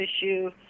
issue